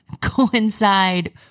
coincide